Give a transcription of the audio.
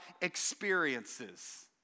experiences